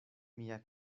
mia